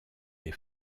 des